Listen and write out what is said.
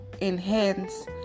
enhance